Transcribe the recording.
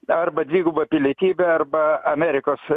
arba dvigubą pilietybę arba amerikos